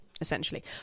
essentially